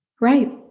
Right